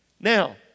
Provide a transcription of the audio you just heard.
Now